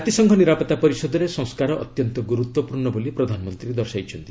ଜାତିସଂଘ ନିରାପତ୍ତା ପରିଷଦରେ ସଂସ୍କାର ଅତ୍ୟନ୍ତ ଗୁରୁତ୍ୱପୂର୍ଣ୍ଣ ବୋଲି ପ୍ରଧାନମନ୍ତ୍ରୀ ଦର୍ଶାଇଛନ୍ତି